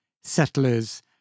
settlers